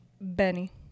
benny